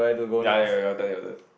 ya ya ya your turn your turn